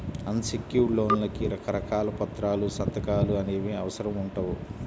అన్ secured లోన్లకి రకరకాల పత్రాలు, సంతకాలు అనేవి అవసరం ఉండవు